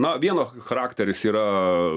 na vieno charakteris yra